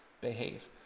behave